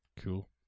Cool